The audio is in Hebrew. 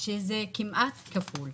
שזה כמעט כפול.